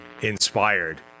inspired